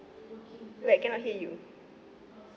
like cannot hear you